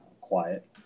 quiet